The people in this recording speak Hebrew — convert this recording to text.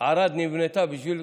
ערד נבנתה בשביל